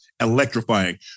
electrifying